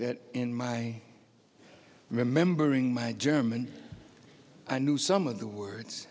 that in my remembering my german i knew some of the words